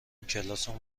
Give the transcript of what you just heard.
کلاسمون